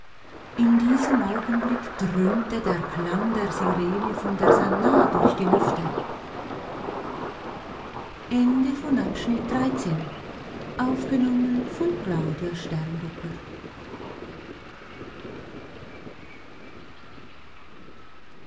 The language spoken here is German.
in diesem augenblick dröhnte der klang der sirene von der sannah durch die lüfte